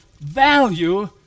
value